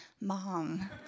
Mom